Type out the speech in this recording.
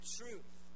truth